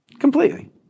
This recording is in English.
Completely